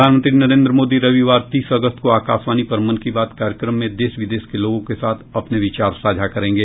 प्रधानमंत्री नरेंद्र मोदी रविवार तीस अगस्त को आकाशवाणी पर मन की बात कार्यक्रम में देश विदेश के लोगों के साथ अपने विचार साझा करेंगे